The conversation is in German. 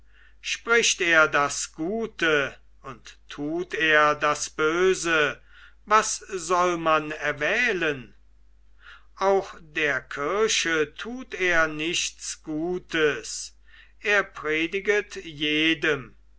spricht er das gute und tut er das böse was soll man erwählen auch der kirche tut er nichts gutes er prediget jedem